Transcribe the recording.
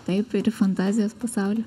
taip ir fantazijos pasaulį